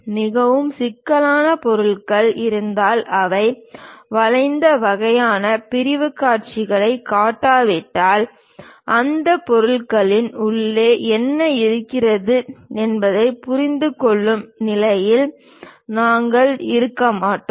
மிகவும் சிக்கலான ஆ பொருள்கள் இருந்தால் அவை வளைந்த வகையான பிரிவுக் காட்சிகளைக் காட்டாவிட்டால் அந்த பொருளின் உள்ளே என்ன இருக்கிறது என்பதைப் புரிந்துகொள்ளும் நிலையில் நாங்கள் இருக்க மாட்டோம்